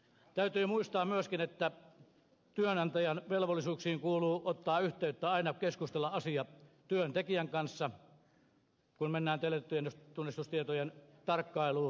täytyy muistaa myöskin että työnantajan velvollisuuksiin kuuluu ottaa yhteyttä aina keskustella asia työntekijän kanssa kun mennään teletunnistustietojen tarkkailuun